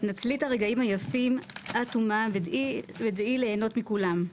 נצלי את הרגעים היפים עד תומם ודעי ליהנות מכולם.